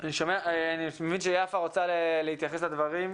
אני מבין שיפה רוצה להתייחס לדברים,